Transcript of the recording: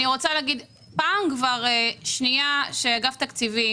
אני רוצה לומר שזאת פעם שנייה שאגף התקציבים